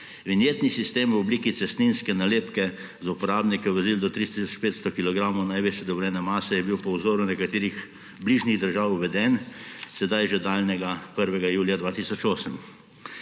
Vinjetni sistem v obliki cestninske nalepke za uporabnike vozil do 3 tisoč 500 kilogramov največje dovoljene mase je bil po vzoru nekaterih bližnjih držav uveden sedaj že daljnega 1. julija 2008.